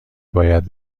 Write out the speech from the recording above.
باید